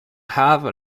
have